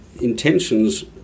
intentions